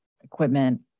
equipment